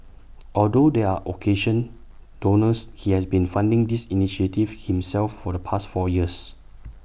although there are occasional donors he has been funding these initiatives himself for the past four years